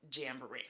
jamboree